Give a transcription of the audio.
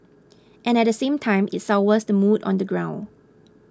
and at the same time it sours the mood on the ground